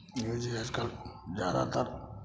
देखै छियै आजकल ज्यादातर